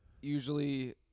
usually